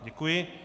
Děkuji.